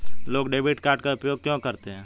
लोग debit card का उपयोग क्यों करते हैं?